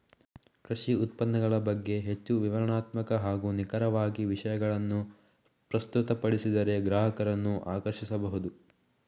ಕೃಷಿ ಉತ್ಪನ್ನಗಳ ಬಗ್ಗೆ ಹೆಚ್ಚು ವಿವರಣಾತ್ಮಕ ಹಾಗೂ ನಿಖರವಾಗಿ ವಿಷಯಗಳನ್ನು ಪ್ರಸ್ತುತಪಡಿಸಿದರೆ ಗ್ರಾಹಕರನ್ನು ಆಕರ್ಷಿಸಬಹುದು